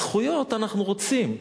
זכויות אנחנו רוצים.